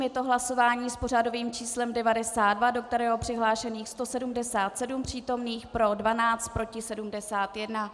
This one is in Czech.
Je to hlasování s pořadovým číslem 92, do kterého je přihlášených 177 přítomných, pro 12, proti 71.